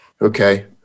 Okay